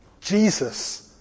Jesus